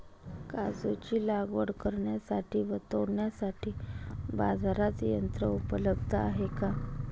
काजूची लागवड करण्यासाठी व तोडण्यासाठी बाजारात यंत्र उपलब्ध आहे का?